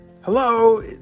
hello